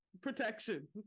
protection